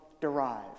derive